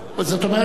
זאת אומרת,